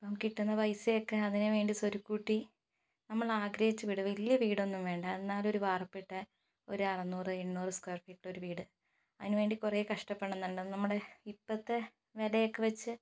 നമുക്ക് കിട്ടുന്ന പൈസയൊക്കെ അതിനു വേണ്ടി സ്വരുക്കൂട്ടി നമ്മളാഗ്രഹിച്ച വീട് വലിയ വീടൊന്നും വേണ്ട എന്നാലൊരു വാർപ്പിട്ട ഒരു അറുനൂറ് എണ്ണൂറ് സ്ക്വയർ ഫീറ്റിലൊരു വീട് അതിന് വേണ്ടി കുറെ കഷ്ടപ്പെടണം നമ്മുടെ ഇപ്പോൾത്തെ നിലയൊക്കെ വെച്ച്